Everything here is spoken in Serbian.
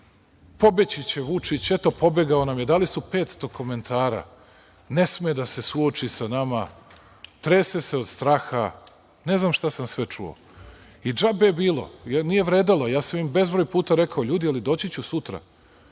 pobeći će Vučić, eto pobegao nam je. Dali su petsto komentara. Ne sme da se suoči sa nama. Trese se od straha. Ne znam šta sam sve čuo. DŽabe je bilo, jer nije vredelo, ja sam im bezbroj puta rekao – ljudi doći ću sutra.